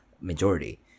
majority